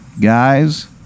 guys